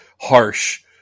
harsh